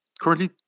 currently